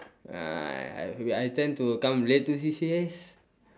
uh I I tend to come late to C_C_As